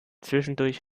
zwischendurch